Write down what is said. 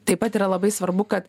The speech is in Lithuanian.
taip pat yra labai svarbu kad